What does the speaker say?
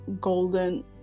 golden